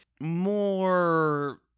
more